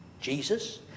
Jesus